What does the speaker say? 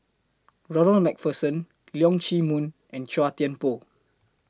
Ronald MacPherson Leong Chee Mun and Chua Thian Poh